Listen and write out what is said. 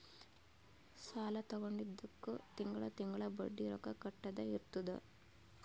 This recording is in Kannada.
ಸಾಲಾ ತೊಂಡಿದ್ದುಕ್ ತಿಂಗಳಾ ತಿಂಗಳಾ ಬಡ್ಡಿ ರೊಕ್ಕಾ ಕಟ್ಟದ್ ಇರ್ತುದ್